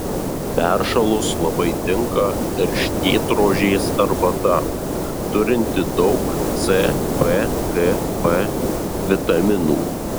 peršalus labai tinka erškėtrožės arbata turinti daug c b k p vitaminų